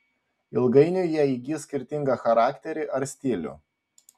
ilgainiui jie įgis skirtingą charakterį ar stilių